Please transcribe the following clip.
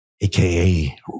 AKA